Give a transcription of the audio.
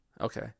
Okay